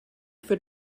für